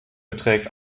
beträgt